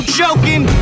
joking